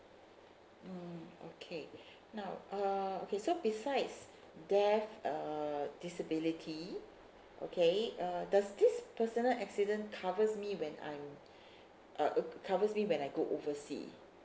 mm okay now uh okay so besides death uh disability okay uh does this personal accident covers me when I'm uh covers me when I go oversea